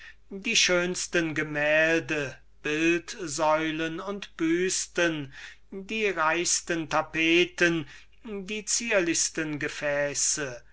die schönsten gemälde die schönsten bildsäulen und schnitzwerke die reichsten tapeten das schönste hausgeräte die schönsten gefäße